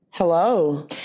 Hello